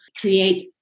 create